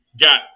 got